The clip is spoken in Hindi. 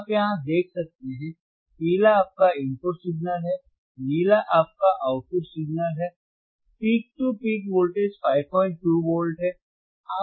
आप यहां देख सकते हैं पीला आपका इनपुट सिग्नल है नीला आपका आउटपुट सिग्नल है पीक से पीक वोल्टेज 52 वोल्ट है